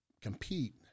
compete